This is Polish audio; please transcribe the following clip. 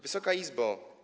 Wysoka Izbo!